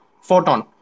Photon